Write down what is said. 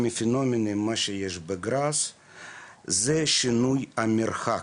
החומר שיש בגראס גורם לשינוי במרחק,